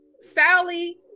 Sally